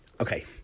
okay